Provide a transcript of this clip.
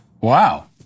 Wow